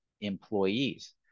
employees